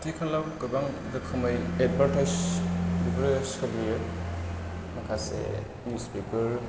आथिखालाव गोबां रोखोमै एडभार्टाइज बेफोरो सोलियो माखासे निउज बेफोरो